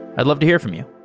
i'd love to hear from you